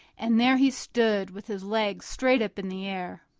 and there he stood with his legs straight up in the air.